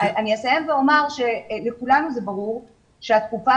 אני אסיים ואומר שלכולנו ברור שהתקופה